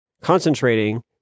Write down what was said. Concentrating